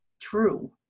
true